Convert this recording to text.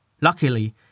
Luckily